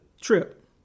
trip